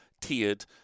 tiered